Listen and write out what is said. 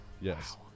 Yes